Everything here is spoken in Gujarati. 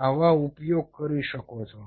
આવા ઉપયોગ કરી શકો છો